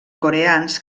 coreans